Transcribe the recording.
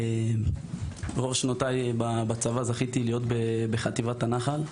רוב שנותיי בצבא זכיתי להיות בחטיבת הנח"ל.